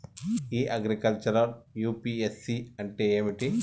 ఇ agriculture UPSC అంటే ఏమిటి?